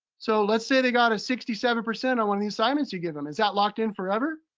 so let's say they got a sixty seven percent on one of the assignments you give them, is that locked in forever?